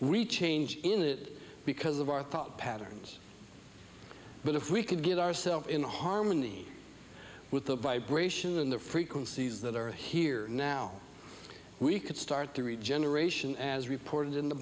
rechange in it because of our thought patterns but if we can get ourself in harmony with the vibration and the frequencies that are here now we could start to regeneration as reported in the